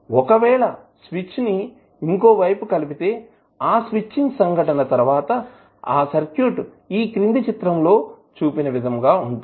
ఒకవేళ స్విచ్ ని ఇంకో వైపు కలిపితే ఆ స్విచ్చింగ్ సంఘటన తరువాత సర్క్యూట్ ఈ క్రింది చిత్రంలో చూపిన విధంగా ఉంటుంది